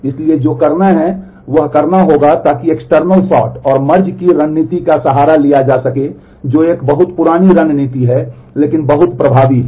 इसलिए जो करना है वह करना होगा ताकि एक्सटर्नल सॉर्ट की रणनीति का सहारा लिया जा सके जो एक बहुत पुरानी रणनीति है लेकिन बहुत प्रभावी है